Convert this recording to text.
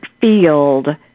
field